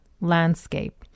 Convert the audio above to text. landscape